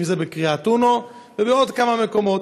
בקריית אונו ובעוד כמה מקומות.